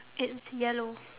it's yellow